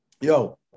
Yo